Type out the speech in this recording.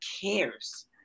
cares